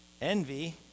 Envy